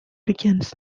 begins